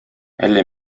әллә